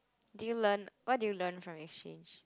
did you learn what did you learn from your exchange